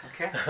okay